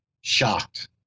shocked